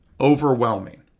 overwhelming